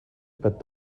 but